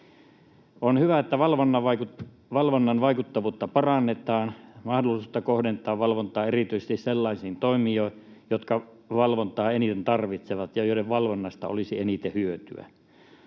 On hyvä, että valvonnan vaikuttavuutta parannetaan, mahdollisuutta kohdentaa valvontaa erityisesti sellaisiin toimijoihin, jotka valvontaa eniten tarvitsevat ja joiden valvonnasta olisi eniten hyötyä.